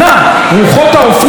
אני לא רוצה להגיד מילים לא פרלמנטריות,